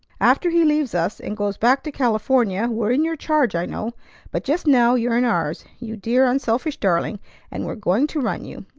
after he leaves us and goes back to california we're in your charge, i know but just now you're in ours, you dear, unselfish darling and we're going to run you.